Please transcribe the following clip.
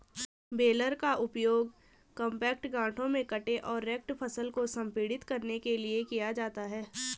baler का उपयोग compact गांठों में कटे और रेक्ड फसल को संपीड़ित करने के लिए किया जाता है